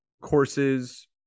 courses